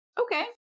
Okay